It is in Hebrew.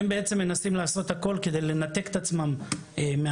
הם בעצם מנסים לעשות הכול כדי לנתק את עצמם מהשטח